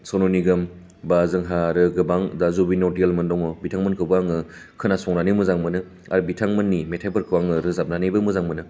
सनु निगम बा जोंहा आरो गोबां दा जुबिन नौतियालमोन दङ बिथांमोनखौबो आङो खोनासंनानै मोजां मोनो आरो बिथांमोननि मेथाइफोरखौ आङो रोजाबनानैबो मोजां मोनो